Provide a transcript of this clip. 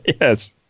yes